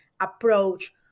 Approach